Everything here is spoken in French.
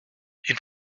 vous